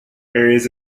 areas